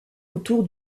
autour